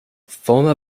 former